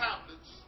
tablets